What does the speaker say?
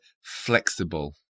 flexible